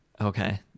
Okay